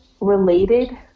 related